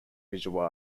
visual